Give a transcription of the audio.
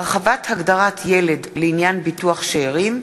(הרחבת הגדרת ילד לעניין ביטוח שאירים),